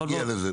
נגיע לזה.